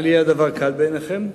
אל יהיה הדבר קל בעיניכם,